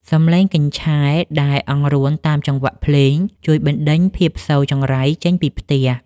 សំឡេងកញ្ឆែដែលអង្រួនតាមចង្វាក់ភ្លេង ជួយបណ្ដេញភាពស៊យចង្រៃចេញពីផ្ទះ។